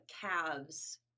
calves